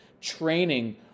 training